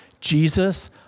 Jesus